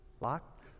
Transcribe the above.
Lock